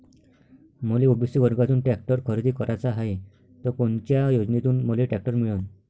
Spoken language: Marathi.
मले ओ.बी.सी वर्गातून टॅक्टर खरेदी कराचा हाये त कोनच्या योजनेतून मले टॅक्टर मिळन?